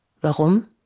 Warum